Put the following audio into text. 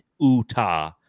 Utah